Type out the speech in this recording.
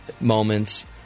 moments